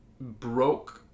broke